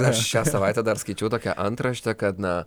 aš šią savaitę dar skaičiau tokią antrašte kad na